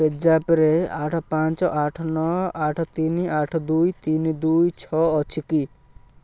ପେଜାପ୍ରେ ଆଠ ପାଞ୍ଚ ଆଠ ନଅ ଆଠ ତିନି ଆଠ ଦୁଇ ତିନି ଦୁଇ ଛଅ ଅଛି କି